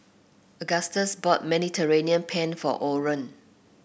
Agustus bought Mediterranean Penne for Orren